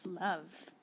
love